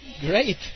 Great